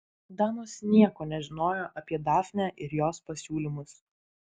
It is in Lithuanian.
damos nieko nežinojo apie dafnę ir jos pasiūlymus